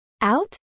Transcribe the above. out